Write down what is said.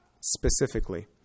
specifically